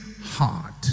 heart